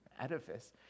edifice